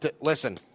listen